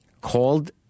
called